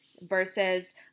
Versus